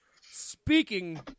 speaking